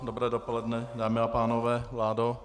Dobré dopoledne, dámy a pánové, vládo.